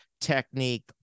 technique